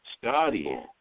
studying